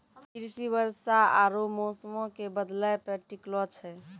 कृषि वर्षा आरु मौसमो के बदलै पे टिकलो छै